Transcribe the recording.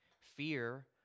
Fear